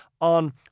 on